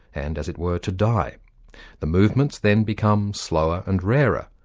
and, as it were, to die the movements then become slower and rarer,